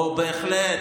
אוה, בהחלט.